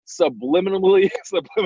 subliminally